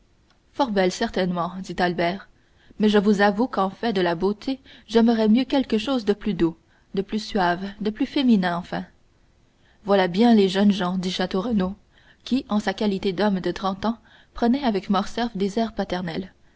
fort belle certainement dit albert mais je vous avoue qu'en fait de beauté j'aimerais mieux quelque chose de plus doux de plus suave de plus féminin enfin voilà bien les jeunes gens dit château renaud qui en sa qualité d'homme de trente ans prenait avec morcerf des airs paternels